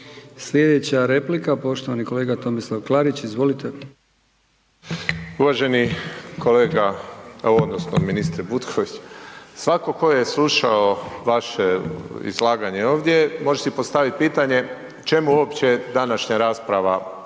Slijedeća replika poštovani kolega Tomislav Klarić. Izvolite. **Klarić, Tomislav (HDZ)** Uvaženi kolega odnosno ministre Butković svako ko je slušao vaše izlaganje ovdje može si postaviti pitanje čemu uopće današnja rasprava o